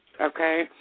okay